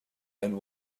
and